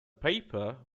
paper